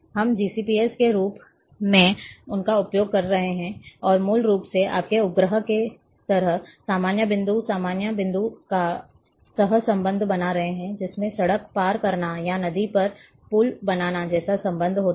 हम GCPS के रूप में उनका उपयोग कर रहे हैं और मूल रूप से आपके उपग्रह की तरह सामान्य बिंदु सामान्य बिंदु का सह संबंध बना रहे हैं जिसमें सड़क पार करना या नदी पर पुल बनाना जैसा संबंध हो सकता है